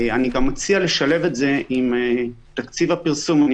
אני גם מציע לשלב את זה עם תקציב הפרסום.